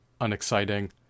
unexciting